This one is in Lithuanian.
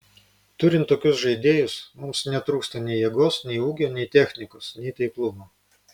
turint tokius žaidėjus mums netrūksta nei jėgos nei ūgio nei technikos nei taiklumo